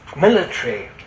military